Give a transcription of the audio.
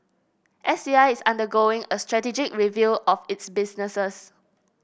S C I is undergoing a strategic review of its businesses